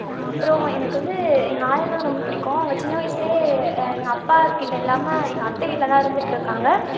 அப்றம் எனக்கு வந்து எங்கள் ஆயான்னால் எனக்கு ரொம்ப பிடிக்கும் அவங்க சின்ன வயசுலேயே எங்கள் அப்பாகிட்ட இல்லாமல் எங்கள் அத்தை வீட்டில் தான் இருந்துட்டுருக்காங்க